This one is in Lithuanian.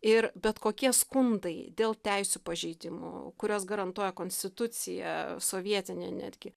ir bet kokie skundai dėl teisių pažeidimų kuriuos garantuoja konstitucija sovietinė netgi